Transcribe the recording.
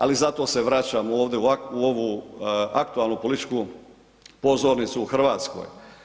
Ali zato se vraćam ovdje u ovu aktualnu političku pozornicu u Hrvatskoj.